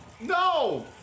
No